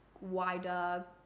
wider